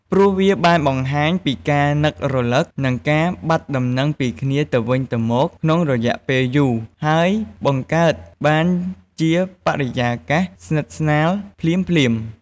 ព្រោះវាបានបង្ហាញពីការនឹករលឹក និងការបាត់ដំណឹងពីគ្នាទៅវិញទៅមកក្នុងរយៈពេលយូរ ហើយបង្កើតបានជាបរិយាកាសស្និទ្ធស្នាលភ្លាមៗ។